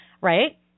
right